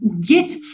get